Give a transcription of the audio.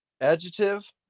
Adjective